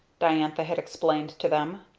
diantha had explained to them.